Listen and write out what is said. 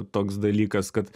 toks dalykas kad